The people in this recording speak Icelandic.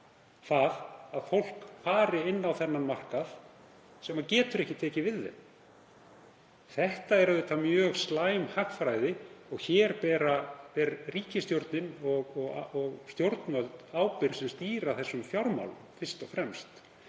það að fólk fari inn á þennan markað sem getur ekki tekið við því? Það er auðvitað mjög slæm hagfræði. Hér ber ríkisstjórnin og stjórnvöld sem stýra þessum fjármálum fyrst og fremst